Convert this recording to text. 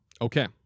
Okay